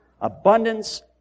abundance